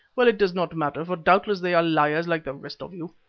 well, it does not matter, for doubtless they are liars like the rest of you.